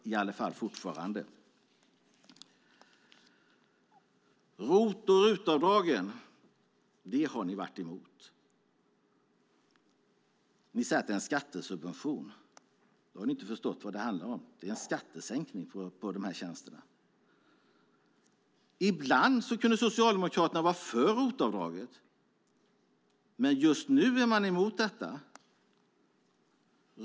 Ni har varit emot ROT och RUT-avdragen. Ni säger att det är en skattesubvention. Då har ni inte förstått vad det handlar om. Det är en skattesänkning på de här tjänsterna. Ibland kunde Socialdemokraterna vara för ROT-avdraget, men just nu är de emot det.